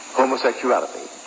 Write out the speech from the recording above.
homosexuality